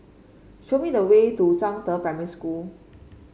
show me the way to Zhangde Primary School